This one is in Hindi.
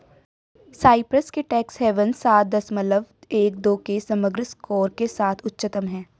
साइप्रस के टैक्स हेवन्स सात दशमलव एक दो के समग्र स्कोर के साथ उच्चतम हैं